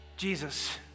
Jesus